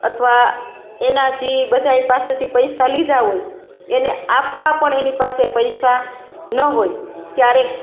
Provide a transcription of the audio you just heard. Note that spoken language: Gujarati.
અથવા એનાં જે બધાંય પાસેથી પૈસા લીધા હોય એને આપવાં પણ એની પાસે પૈસા ન હોય ત્યારે